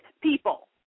people